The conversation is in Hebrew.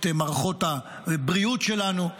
את מערכות הבריאות שלנו.